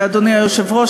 אדוני היושב-ראש,